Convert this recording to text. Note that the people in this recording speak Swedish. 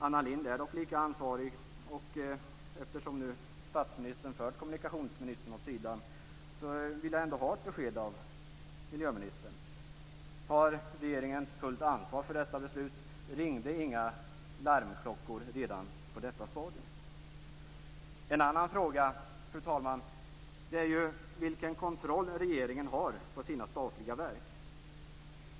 Anna Lindh är dock lika ansvarig, och eftersom statsministern nu fört kommunikationsministern åt sidan vill jag ha ett besked av miljöministern. Tar regeringen fullt ansvar för detta beslut? Ringde inga larmklockor redan på detta stadium? Fru talman! En annan fråga gäller vilken kontroll regeringen har på sina statliga verk.